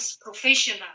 professional